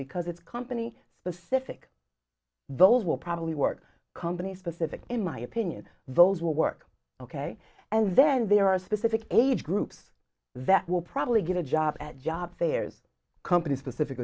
because it's company specific those will probably work company specific in my opinion those will work ok and then there are specific age groups that will probably get a job at job fairs company specific